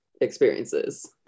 experiences